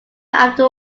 after